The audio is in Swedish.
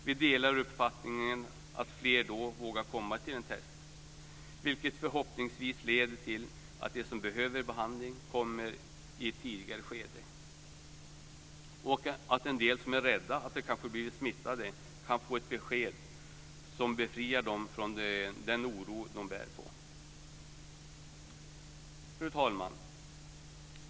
Vi delar uppfattningen att fler då vågar komma till en testning, vilket förhoppningsvis leder till att de som behöver behandling kommer i ett tidigare skede och att en del som är rädda för att de kanske har blivit smittade kan få ett besked som befriar dem från den oro som de bär på. Fru talman!